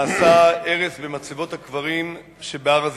נעשה הרס במצבות הקברים שבהר-הזיתים.